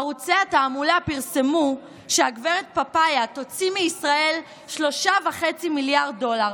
ערוצי התעמולה פרסמו שהגברת פפאיה תוציא מישראל 3.5 מיליארד דולר,